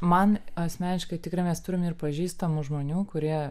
man asmeniškai tikrai mes turim ir pažįstamų žmonių kurie